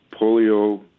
polio